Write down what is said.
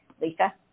Lisa